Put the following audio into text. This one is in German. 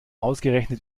ausgerechnet